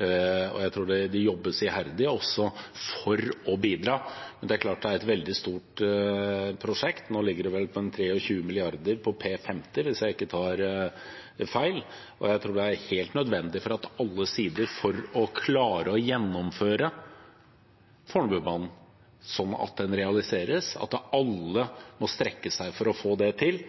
og jeg tror også det jobbes iherdig for å bidra. Men det er klart at det er et veldig stort prosjekt. Nå ligger det vel på 23 mrd. kr på P50, hvis jeg ikke tar feil. Jeg tror det er helt nødvendig – fra alle sider – for å klare å gjennomføre Fornebubanen slik at den realiseres, at alle må strekke seg for å få det til,